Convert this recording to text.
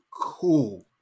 cool